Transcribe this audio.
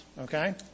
okay